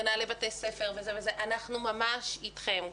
מנהלי בתי ספר וכו' אנחנו ממש אתכם,